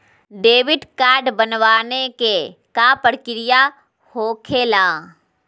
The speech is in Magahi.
डेबिट कार्ड बनवाने के का प्रक्रिया होखेला?